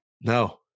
No